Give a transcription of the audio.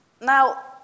Now